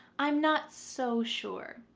i'm not so sure.